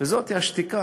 וזוהי השתיקה.